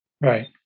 Right